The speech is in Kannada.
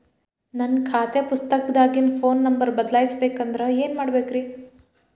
ನನ್ನ ಖಾತೆ ಪುಸ್ತಕದಾಗಿನ ಫೋನ್ ನಂಬರ್ ಬದಲಾಯಿಸ ಬೇಕಂದ್ರ ಏನ್ ಮಾಡ ಬೇಕ್ರಿ?